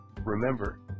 Remember